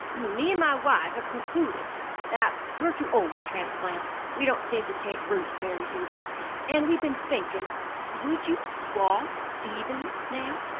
me and my wife have concluded that we're too old to transplant we don't seem to take root very easy and we've been thinkin' would you swap even, now?